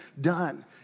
done